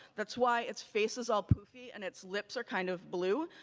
that's why its face is all poofy and its lips are kind of blue.